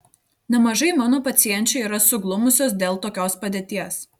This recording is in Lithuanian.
nemažai mano pacienčių yra suglumusios dėl tokios padėties